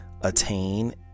attain